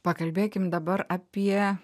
pakalbėkim dabar apie